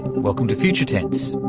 welcome to future tense.